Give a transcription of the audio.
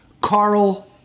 Carl